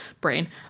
Brain